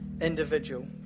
individual